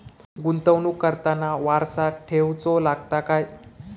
गुंतवणूक करताना वारसा ठेवचो लागता काय?